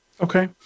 Okay